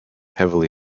heavily